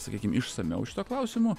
sakykim išsamiau šituo klausimu